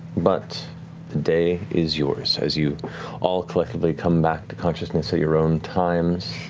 but the day is yours as you all collectively come back to consciousness at your own times.